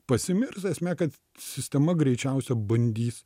pasimirs esmė kad sistema greičiausia bandys